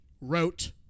wrote